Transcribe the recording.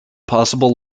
possible